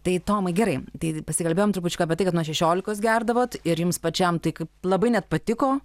tai tomai gerai tai pasikalbėjom trupučiuką apie tai kad nuo šešiolikos gerdavot ir jums pačiam tai kaip labai net patiko